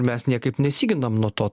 mes niekaip nesiginam nuo to